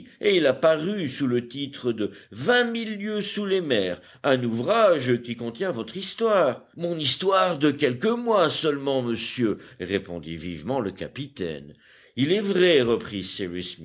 et il a paru sous le titre de vingt mille lieues sous les mers un ouvrage qui contient votre histoire mon histoire de quelques mois seulement monsieur répondit vivement le capitaine il est vrai reprit cyrus